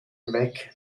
weg